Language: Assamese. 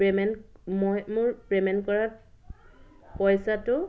পে'মেণ্ট মই মোৰ পে'মেণ্ট কৰাত পইচাটো